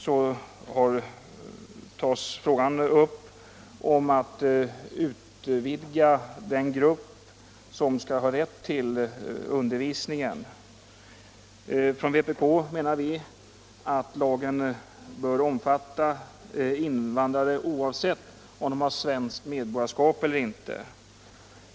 Vi anser att lagen bör omfatta alla in — Nr 127 vandrare, oavsett om de har svenskt medborgarskap eller inte.